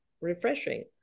refreshing